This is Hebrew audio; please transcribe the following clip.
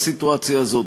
בסיטואציה הזאת,